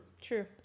True